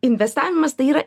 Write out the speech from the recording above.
investavimas tai yra